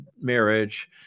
marriage